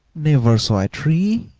never saw a tree!